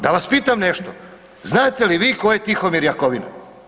Da vas pitam nešto, znate li vi tko je Tihomir Jakovina?